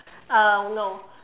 uh no